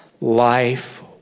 Life